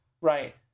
Right